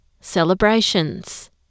celebrations